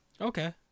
okay